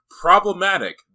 Problematic